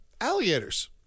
alligators